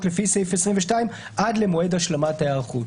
לפי סעיף 22 עד למועד השלמת היערכות,